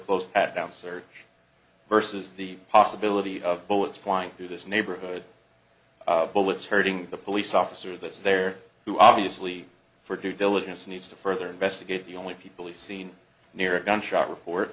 closed at down search versus the possibility of bullets flying through this neighborhood bullets hurting the police officer that's there who obviously for due diligence needs to further investigate the only people he's seen near a gunshot report